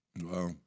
Wow